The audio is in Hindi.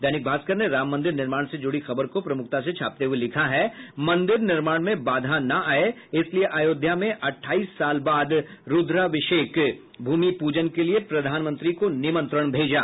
दैनिक भास्कर ने राम मंदिर निर्माण से जुड़ी खबर को प्रमुखता से छापते हुए लिखा है मंदिर निर्माण में बाधा न आये इसलिए अयोध्या में अट्ठाइस साल बाद रूद्राभिषेक भूमि पूजन के लिए प्रधानमंत्री को निमंत्रण भेजा